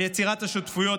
על יצירת השותפויות,